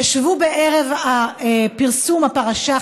ישבו בערב פרסום הפרשה,